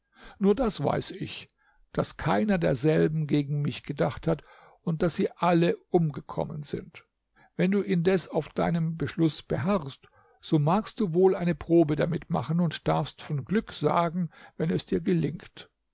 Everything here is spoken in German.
nur das weiß ich daß keiner derselben gegen mich gedacht hat und daß sie alle umgekommen sind wenn du indes auf deinem beschluß beharrst so magst du wohl eine probe damit machen und darfst von glück sagen wenn es dir gelingt